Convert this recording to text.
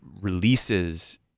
releases